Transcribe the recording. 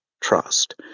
trust